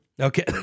Okay